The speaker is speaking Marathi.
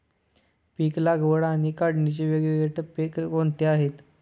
पीक लागवड आणि काढणीचे वेगवेगळे टप्पे कोणते आहेत?